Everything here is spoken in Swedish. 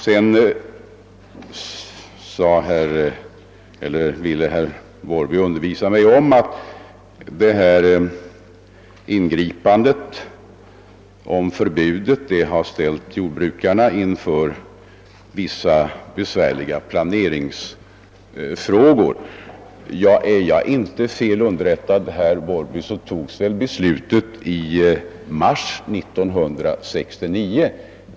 Herr Larsson i Borrby ville undervisa mig om att detta förbud ställt jordbrukarna inför vissa besvärliga planeringsproblem. Är jag inte felunderrättad, herr Larsson i Borrby, så fattades beslutet i mars 1969.